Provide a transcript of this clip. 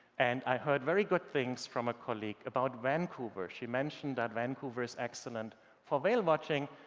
and i heard very good things from a colleague about vancouver. she mentioned that vancouver is excellent for whale-watching,